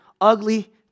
ugly